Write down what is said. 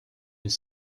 mais